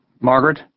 Margaret